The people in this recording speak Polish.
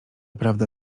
prawda